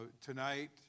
tonight